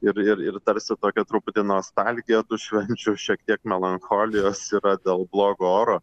ir ir ir tarsi tokia truputį nostalgija tų švenčių šiek tiek melancholijos yra daug blogo oro